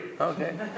Okay